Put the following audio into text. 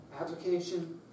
Application